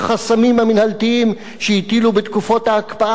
בתקופות ההקפאה על מוסדות התכנון ביהודה ושומרון,